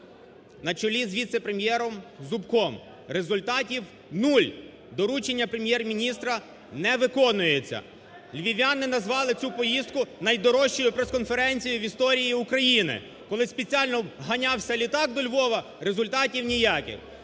на чолі з віце-прем'єром Зубком, результатів – нуль. Доручення Прем'єр-міністра не виконується. Львів'яни назвали цю поїздку найдорожчою прес-конференцією в історії України, коли спеціально ганявся літак до Львова, результатів ніяких.